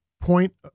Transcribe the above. point